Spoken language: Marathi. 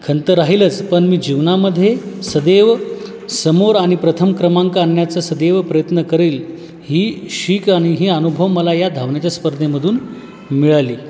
खंत राहीलच पण मी जीवनामध्ये सदैव समोर आणि प्रथम क्रमांक आणण्याचा सदैव प्रयत्न करेल ही सीख आणि ही अनुभव मला या धावण्याच्या स्पर्धेमधून मिळाली